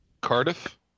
Cardiff